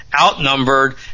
outnumbered